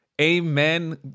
amen